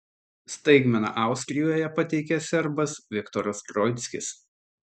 staigmeną austrijoje pateikė serbas viktoras troickis